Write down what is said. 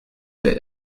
bit